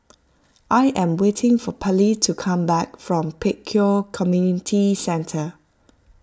I am waiting for Pallie to come back from Pek Kio Community Centre